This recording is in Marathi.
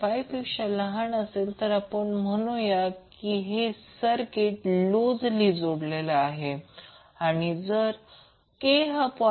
5 पेक्षा लहान असेल तर आपण म्हणू या हे सर्किट लुजलि जोडलेले आहे आणि जर k 0